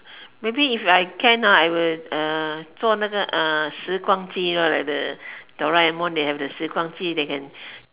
maybe if I can I will uh 做那个时光机 lor like the Doraemon they have the 时光机 they can